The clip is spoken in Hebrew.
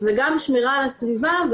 וגם שמירה על הסביבה.